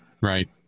right